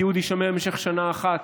התיעוד יישמר במשך שנה אחת,